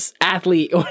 athlete